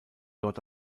dort